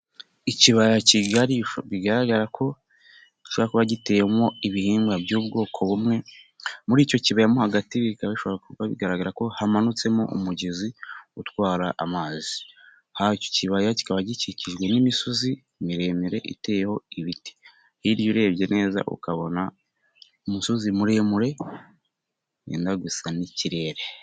Ikibaya kigari bigaragara gishobora kuba giteyemo ibihingwa by'ubwoko bumwe. Muri icyo kibaya hagati bigaragara ko hamanutsemo umugezi utwara amazi. Aha ikibaya kikaba gikikijwe n'imisozi miremire iteyeho ibiti hirya urebye neza ukabona umusozi muremure gusa n'ikirere.